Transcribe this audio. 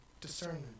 discernment